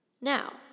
Now